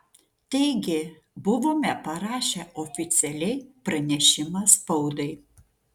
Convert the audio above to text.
taigi buvome parašę oficialiai pranešimą spaudai